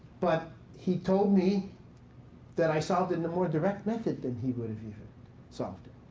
but he told me that i solved it in a more direct method than he would have even solved it.